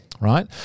Right